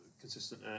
consistent